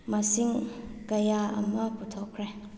ꯃꯁꯤꯡ ꯀꯌꯥ ꯑꯃ ꯄꯨꯊꯣꯛꯈ꯭ꯔꯦ